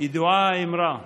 ידוע האמרה: